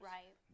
Right